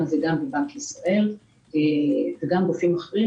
הזה גם בבנק ישראל וגם בגופים אחרים,